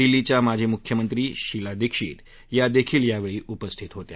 दिल्लीच्या माजी मुख्यमंत्री शीला दिक्षित या देखील उपस्थित होत्या